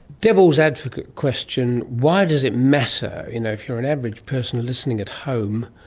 devil's advocate question, why does it matter? you know if you're an average person listening at home,